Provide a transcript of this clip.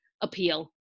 appeal